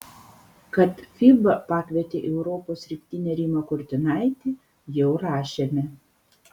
kad fiba pakvietė į europos rinktinę rimą kurtinaitį jau rašėme